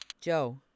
Joe